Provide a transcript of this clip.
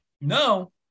No